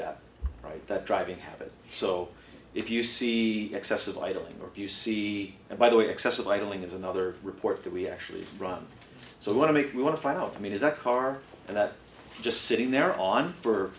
that right that driving habit so if you see excessive idling or if you see by the way excessive idling is another report that we actually run so want to make we want to find out i mean is that car that just sitting there on